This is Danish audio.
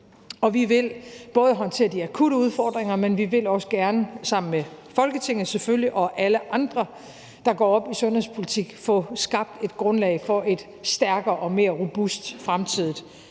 og vi vil både håndtere de akutte udfordringer, men vi vil selvfølgelig også gerne sammen med Folketinget og alle andre, der går op i sundhedspolitik, få skabt et grundlag for et stærkere og mere robust fremtidigt